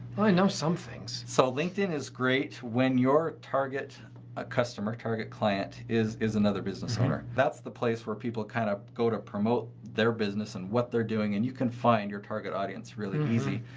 i know some things. so, linkedin is great when your target a customer, target client is is another business owner. that's the place where people kind of go to promote their business and what they're doing and you can find your target audience really easy.